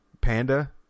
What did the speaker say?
panda